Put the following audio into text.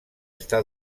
està